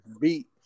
beat